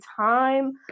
time